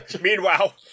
Meanwhile